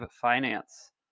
Finance